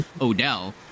Odell